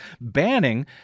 banning